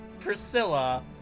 Priscilla